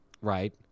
Right